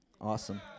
Awesome